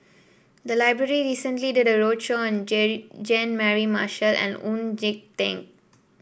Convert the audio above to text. the library recently did a roadshow on Jean Mary Marshall and Oon